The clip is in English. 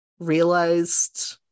realized